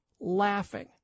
laughing